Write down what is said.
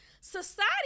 society